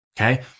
Okay